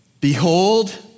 Behold